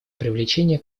привлечение